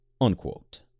Unquote